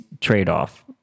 trade-off